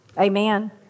Amen